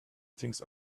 things